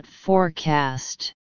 Forecast